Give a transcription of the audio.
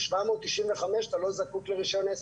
ב-795 אתה לא זקוק לרישיון עסק.